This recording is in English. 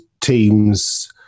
teams